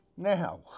Now